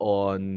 on